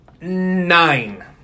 Nine